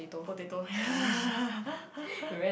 potato ya